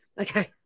Okay